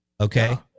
Okay